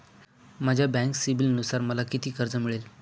माझ्या बँक सिबिलनुसार मला किती कर्ज मिळेल?